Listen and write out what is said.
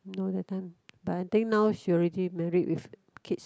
no that time but I think now she already married with kids